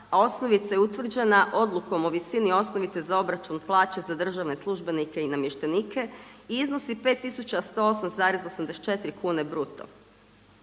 a osnovica je utvrđena Odlukom o visini osnovice za obračun plaće za državne službenike i namještenike i iznosi 5 tisuća 108,84 kune bruto.